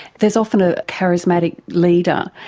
there's often a charismatic leader,